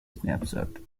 snapshot